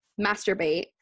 masturbate